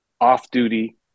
off-duty